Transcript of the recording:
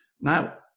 now